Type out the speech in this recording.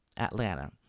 Atlanta